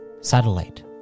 satellite